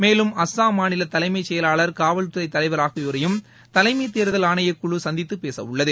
மேலும் அசாம் மாநில தலைமைச்செயலாளர் காவல்துறை தலைவர் ஆகியோரையும் தலைமைத்தேர்தல் ஆணையக்குழு சந்தித்து பேசவுள்ளது